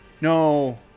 No